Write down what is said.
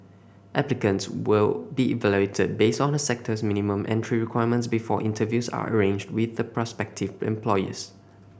applicants will be evaluated based on a sector's minimum entry requirements before interviews are arranged with the prospective employers